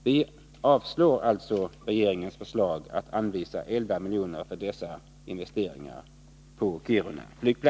Vi avstyrker alltså regeringens förslag att anvisa 11 milj.kr. för dessa investeringar för Kiruna